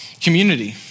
community